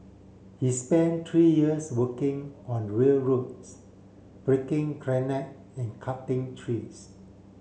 he spent three years working on railroads breaking granite and cutting trees